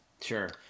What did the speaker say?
Sure